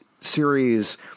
series